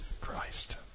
Christ